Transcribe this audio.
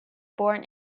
born